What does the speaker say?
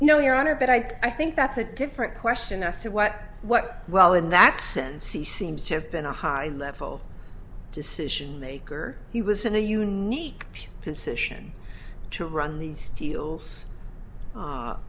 no your honor but i think that's a different question as to what what well in that sense he seems to have been a high level decision maker he was in a unique position to run these deals